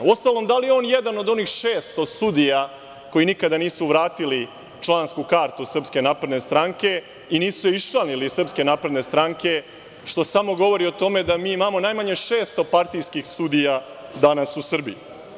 Uostalom, da li je on jedan od onih 600 sudija koji nikada nisu vratili člansku kartu SNS i nisu se iščlanili iz SNS, što samo govori o tome da mi imamo najmanje 600 partijskih sudija danas u Srbiji?